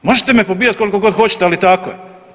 Možete me pobijati koliko god hoćete, ali tako je.